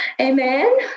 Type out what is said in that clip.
amen